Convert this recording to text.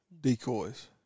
decoys